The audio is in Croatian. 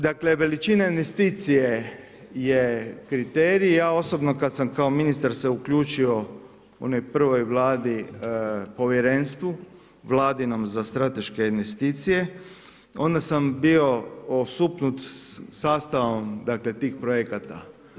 Dakle veličina investicije je kriterij i ja osobno kada sam se kao ministar uključio u onoj prvoj vladi povjerenstvu vladinom za strateške investicije, onda sam bio osupnut sastavom tih projekata.